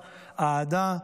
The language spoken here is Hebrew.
אהדה,